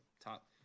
top